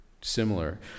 similar